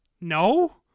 No